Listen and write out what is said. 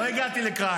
אני יודע הכול.